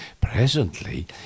Presently